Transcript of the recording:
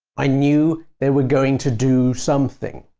i knew they were going to do something.